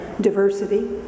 diversity